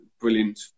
brilliant